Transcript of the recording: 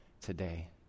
today